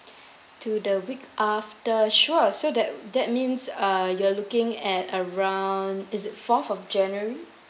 to the week after sure so that that means uh you are looking at around is it fourth of january